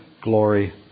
glory